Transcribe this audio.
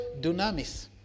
dunamis